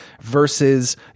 versus